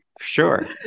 sure